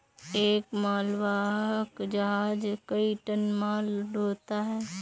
एक मालवाहक जहाज कई टन माल ढ़ोता है